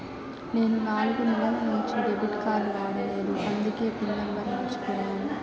నేను నాలుగు నెలల నుంచి డెబిట్ కార్డ్ వాడలేదు అందికే పిన్ నెంబర్ మర్చిపోయాను